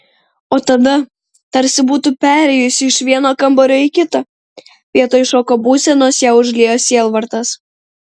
o tada tarsi būtų perėjusi iš vieno kambario į kitą vietoj šoko būsenos ją užliejo sielvartas